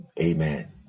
amen